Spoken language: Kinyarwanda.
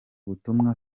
butumwa